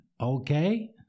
Okay